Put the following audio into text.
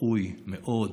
ראוי מאוד